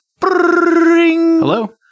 Hello